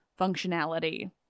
functionality